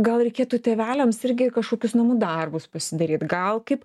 gal reikėtų tėveliams irgi kažkokius namų darbus pasidaryt gal kaip